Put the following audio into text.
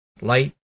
light